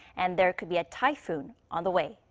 and there could be a typhoon on the way.